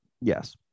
Yes